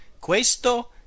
Questo